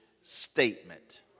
statement